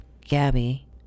Gabby